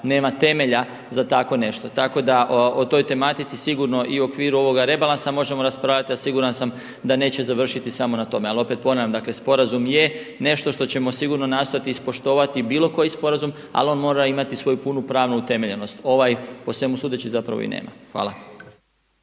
nema temelja za takvo nešto. Tako da o toj tematici sigurno i u okviru ovoga rebalansa možemo raspravljati, a siguran sam da neće završiti samo na tome. Ali opet ponavljam, dakle sporazum je nešto što ćemo sigurno nastojati ispoštovati bilo koji sporazum, ali on mora imati svoju punu pravnu utemeljenost. Ovaj po svemu sudeći zapravo i nema. Hvala.